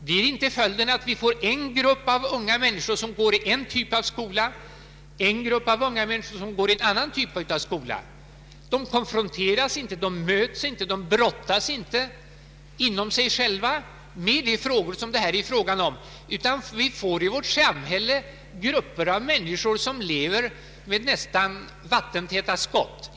Blir inte följden att vi får en grupp unga människor som går i en typ av skola och en grupp unga människor som går i en annan typ av skola? De konfronteras inte, de möts inte, de brottas inte inom sig själva med de frågor som det här gäller. Vi får i stället i vårt samhälle grupper av människor som lever med nästan vattentäta skott emellan sig.